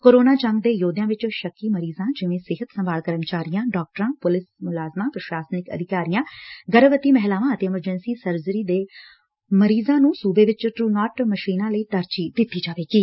corona ਜੰਗ ਦੇ ਯੋਧਿਆਂ ਵਿੱਚ ਸ਼ੱਕੀ ਮਰੀਜ਼ਾਂ ਜਿਵੇਂ ਸਿਹਤ ਸੰਭਾਲ ਕਰਮਚਾਰੀਆਂ ਡਾਕਟਰਾਂ ਪੁਲਿਸ ਪਸ਼ਾਸਨਿਕ ਅਧਿਕਾਰੀਆਂ ਗਰਭਵਤੀ ਮਹਿਲਾਵਾਂ ਅਤੇ ਐਮਰਜੈੱਸੀ ਸਰਜਰੀ ਦੇ ਮਰੀਜ਼ਾਂ ਨੂੰ ਸੁਬੇ ਵਿਚ ਟਰੁਨਾਟ ਟੈਸਟਿੰਗ ਲਈ ਤਰਜੀਹ ਦਿੱਤੀ ਜਾਏਗੀ